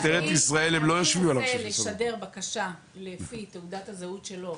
משטרת ישראל לא --- אם ננסה לשדר בקשה לפי תעודת הזהות שלו,